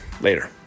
Later